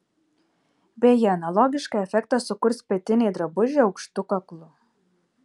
beje analogišką efektą sukurs petiniai drabužiai aukštu kaklu